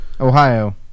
Ohio